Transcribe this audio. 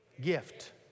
gift